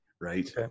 right